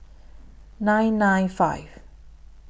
nine nine five